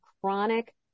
chronic